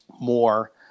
more